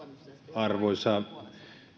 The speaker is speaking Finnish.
arvoisa